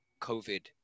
COVID